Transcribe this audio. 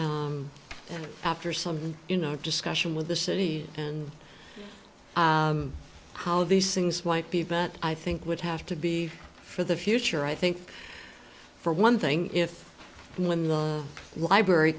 after some you know discussion with the city and how these things might be but i think would have to be for the future i think for one thing if and when the library